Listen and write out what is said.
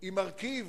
היא מרכיב